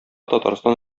татарстан